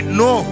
no